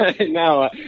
No